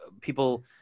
people